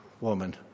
woman